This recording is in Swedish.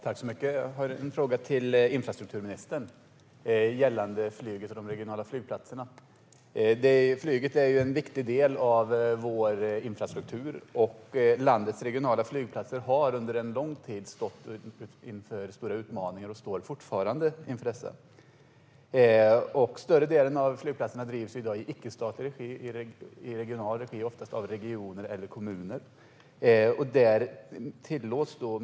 Herr talman! Jag har en fråga till infrastrukturministern gällande flyget och de regionala flygplatserna. Flyget är en viktig del av vår infrastruktur, och landets regionala flygplatser har under en lång tid stått inför stora utmaningar och gör det fortfarande. Större delen av flygplatserna drivs i dag i icke-statlig regi. De drivs i regional regi, oftast av regioner eller kommuner.